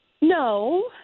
No